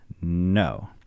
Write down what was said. No